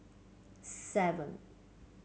seven